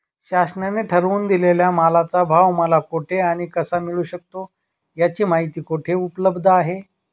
शासनाने ठरवून दिलेल्या मालाचा भाव मला कुठे आणि कसा मिळू शकतो? याची माहिती कुठे उपलब्ध आहे?